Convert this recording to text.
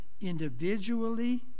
individually